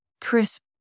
crisp